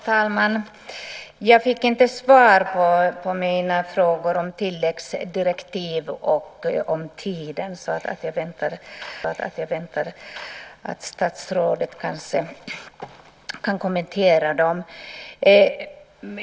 Herr talman! Jag fick inte svar på mina frågor om tilläggsdirektiv och om tiden. Statsrådet kanske kan kommentera dem.